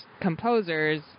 composers